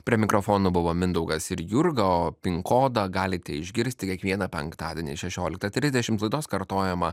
prie mikrofono buvo mindaugas ir jurga o pin kodą galite išgirsti kiekvieną penktadienį šešioliktą trisdešimt laidos kartojimą